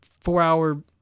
four-hour